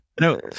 No